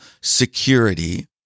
security